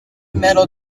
metal